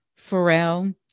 Pharrell